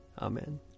Amen